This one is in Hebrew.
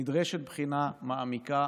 נדרשת בחינה מעמיקה,